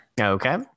Okay